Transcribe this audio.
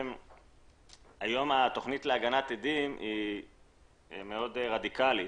היום התכנית להגנת עדים היא מאוד רדיקאלית.